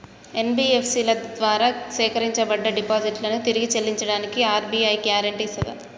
NBFC ల ద్వారా సేకరించబడ్డ డిపాజిట్లను తిరిగి చెల్లించడానికి ఆర్.బి.ఐ గ్యారెంటీ ఇస్తదా?